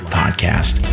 podcast